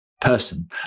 person